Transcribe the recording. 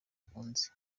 akunze